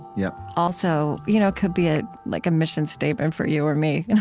yeah also you know could be ah like a mission statement for you or me, in